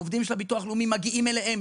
עובדים של הביטוח הלאומי מגיעים אליהם,